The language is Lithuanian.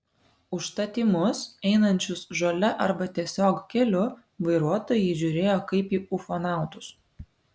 užtat į mus einančius žole arba tiesiog keliu vairuotojai žiūrėjo kaip į ufonautus